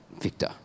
Victor